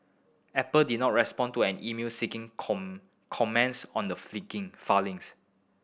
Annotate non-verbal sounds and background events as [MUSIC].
Apple did not respond to an email seeking [UNINTELLIGIBLE] comments on the flinging filings